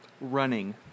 Running